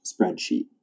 spreadsheet